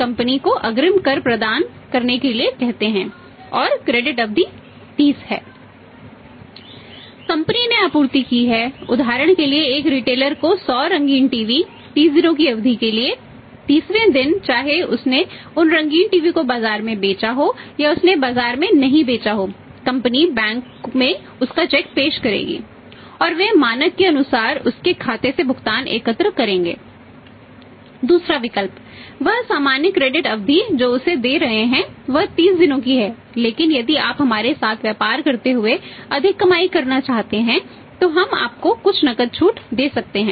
company अवधि जो उसे दे रहे हैं वह 30 दिनों की है लेकिन यदि आप हमारे साथ व्यापार करते हुए अधिक कमाई करना चाहते हैं तो हम आपको कुछ नकद छूट दे सकते हैं